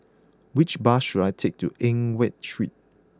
which bus should I take to Eng Watt Street